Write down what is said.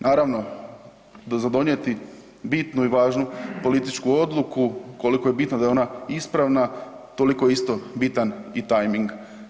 Naravno da za donijeti bitnu i važnu političku odluku koliko je bitno da je ona ispravna toliko je isto bitan i tajming.